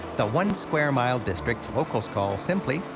the one-square-mile district locals call, simply,